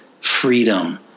freedom